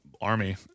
army